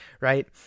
right